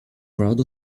crowd